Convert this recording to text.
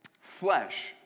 flesh